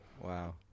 Wow